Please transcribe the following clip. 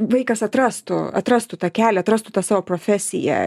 vaikas atrastų atrastų tą kelią atrastų tą savo profesiją